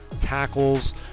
tackles